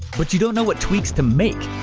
but you don't know what tweaks to make.